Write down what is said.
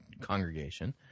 congregation—